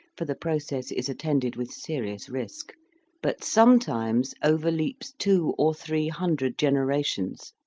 for the process is attended with serious risk but sometimes overleaps two or three hundred generations,